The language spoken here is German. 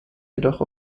jedoch